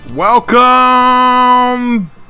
Welcome